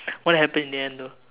what happened in the end though